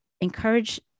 encourage